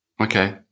Okay